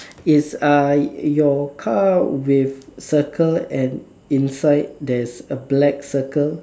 is uh your car with circle and inside there's a black circle